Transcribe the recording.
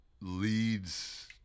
leads